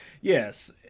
Yes